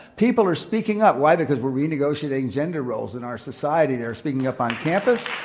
people are speaking up. why? because we're renegotiating gender roles in our society. they're speaking up on campus,